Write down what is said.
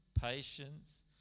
patience